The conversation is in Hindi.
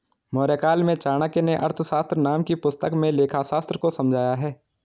मौर्यकाल में चाणक्य नें अर्थशास्त्र नाम की पुस्तक में लेखाशास्त्र को समझाया है